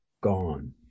gone